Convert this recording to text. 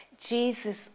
Jesus